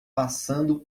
passando